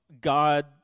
God